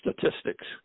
statistics